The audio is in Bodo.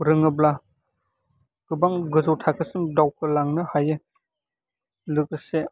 रोङोब्ला गोबां गोजौ थाखोसिम दावखोलांनो हायो लोगोसे